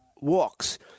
Walks